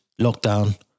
lockdown